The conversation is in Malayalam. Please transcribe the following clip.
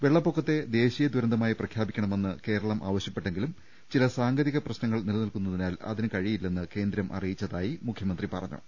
വെള്ളപ്പൊ ക്കത്തെ ദേശീയ ദുരന്തമായി പ്രഖ്യാപിക്കണമെന്ന് കേരളം ആവ ശ്യപ്പെട്ടെങ്കിലും ചില സാങ്കേതിക പ്രശ്നങ്ങൾ നിലനിൽക്കുന്നതി നാൽ അതിന് കഴിയില്ലെന്ന് കേന്ദ്രം അറിയിച്ചതായി മുഖ്യമന്ത്രി പറ ഞ്ഞു